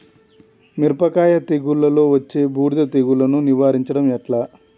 మిరపకాయ తెగుళ్లలో వచ్చే బూడిది తెగుళ్లను నివారించడం ఎట్లా?